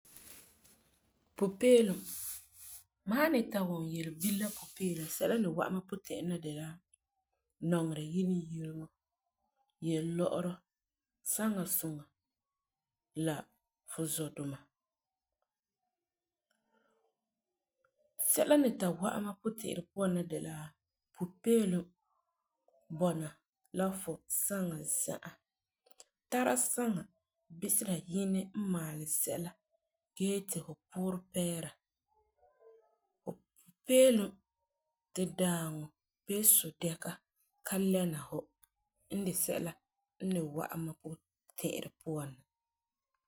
Pupeelum, mam san ni ta wum yelebire la pupeelum, sɛla n ni wa'am mam puti'irɛ na de la nɔŋerɛ yiyileŋo, yelɔ'ɔrɔ, saŋa suŋa la fu zɔduma, sɛla n ni wa'am mam puti'irɛ puan na de la pupeelum bɔna la fu saŋa za'a. Tara saŋa bisera yinɛ n maalɛ sɛla gee ti fu puurɛ pɛɛra. Pupeelum to dãaŋɔ bee sudɛka ka lena fu n de sɛla n ni wa'am mam puti'irɛ puan na.